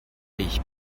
ich